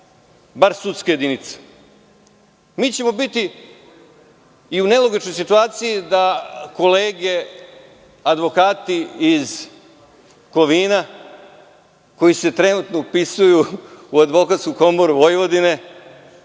bar sudska jedinica. Mi ćemo biti i u nelogičnoj situaciji da kolege advokati iz Kovina, koji se trenutno upisuju u Advokatsku komoru Vojvodine,